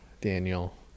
Daniel